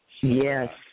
Yes